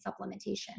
supplementation